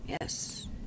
yes